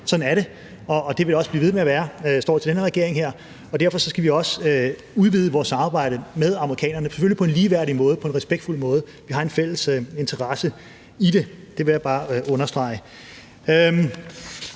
sådan vil det også blive ved med at være, hvis det står til den her regering. Derfor skal vi også udvide vores samarbejde med amerikanerne, selvfølgelig på en ligeværdig og respektfuld måde, for vi har en fælles interesse i det. Det vil jeg bare understrege.